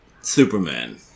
Superman